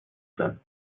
sein